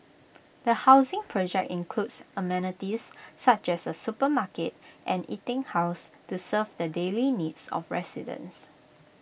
the housing project includes amenities such as A supermarket and eating house to serve the daily needs of residents